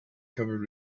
covered